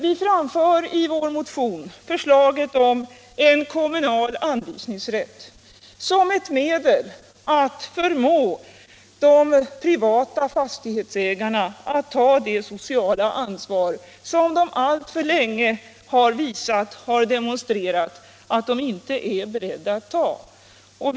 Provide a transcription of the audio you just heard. Vi framför i vår motion förslaget om en kommunal anvisningsrätt som ett medel att förmå de privata fastighetsägarna att ta det sociala ansvar som de alltför länge har demonstrerat att de inte är beredda att ta frivilligt.